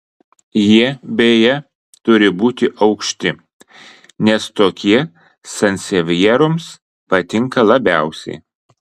jie beje turi būti aukšti nes tokie sansevjeroms patinka labiausiai